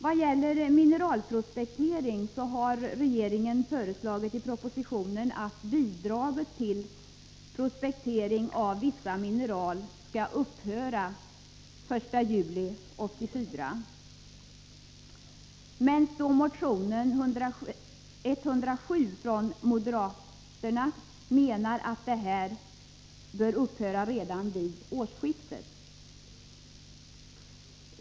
Vad gäller mineralprospektering har regeringen föreslagit i propositionen att bidraget till prospektering av vissa mineral skall upphöra den 1 juli 1984, medan moderaterna i sin motion 107 menar att bidraget bör upphöra redan vid årsskiftet.